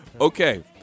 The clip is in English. Okay